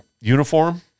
uniform